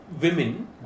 women